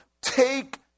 take